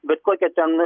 bet kokia ten